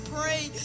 pray